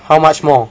how much more